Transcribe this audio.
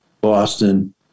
boston